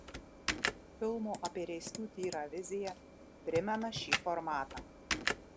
filmo apie reiskių tyrą vizija primena šį formatą